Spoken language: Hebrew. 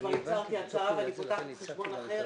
כבר הצהרתי הצהרה ואני פותחת חשבון אחר